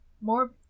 More